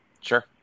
Sure